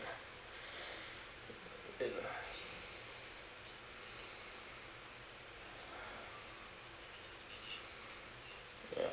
pain ah ya